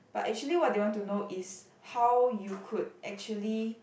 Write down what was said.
but actually what they want to know is how you could actually